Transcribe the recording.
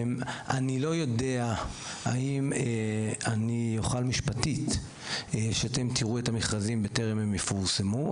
אני לא יודע האם אני אוכל משפטית שאתם תראו את המכרזים בטרם הם יפורסמו,